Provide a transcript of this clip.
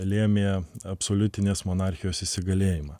lėmė absoliutinės monarchijos įsigalėjimą